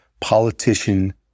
politician